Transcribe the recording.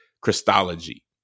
Christology